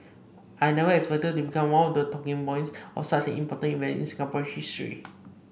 I never expected to become one of the talking points of such an important event in Singapore's history